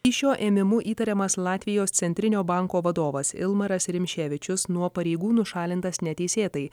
kyšio ėmimu įtariamas latvijos centrinio banko vadovas ilmaras rimšėvičius nuo pareigų nušalintas neteisėtai